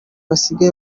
basigaye